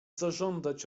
zażądać